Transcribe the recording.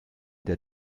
der